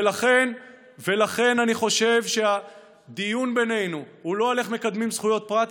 ולכן אני חושב שהדיון בינינו הוא לא על איך מקדמים זכויות פרט,